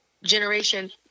generation